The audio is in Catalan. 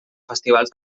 festivals